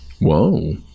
Whoa